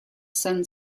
sun